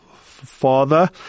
father